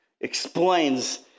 explains